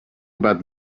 about